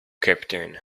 captain